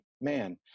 man